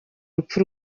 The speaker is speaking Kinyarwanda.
rupfu